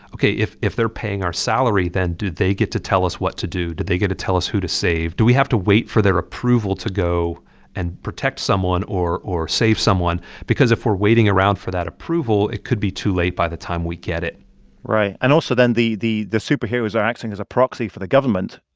ok, if if they're paying our salary, then do they get to tell us what to do? do they get to tell us who to save? do we have to wait for their approval to go and protect someone or or save someone? because if we're waiting around for that approval, it could be too late by the time we get it right. and also then the the superheroes are acting as a proxy for the government.